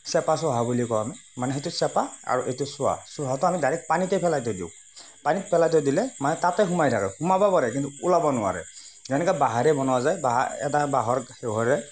চেপা চোহা বুলি কওঁ আমি মানে সেইটো চেপা আৰুএইটো চোহা চোহাটো আমি ডাইৰেক্ট পানীতে পেলাই থৈ দিওঁ পানীত পেলাই থৈ দিলে মানে তাতে সোমাই থাকে সোমাব পাৰে কিন্তু ওলাব নোৱাৰে তেনেকৈ বাঁহেৰে বনোৱা যায় বাঁহ এটা বাঁহৰ